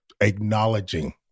acknowledging